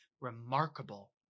remarkable